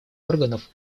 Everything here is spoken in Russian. органов